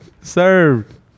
Served